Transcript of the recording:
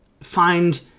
find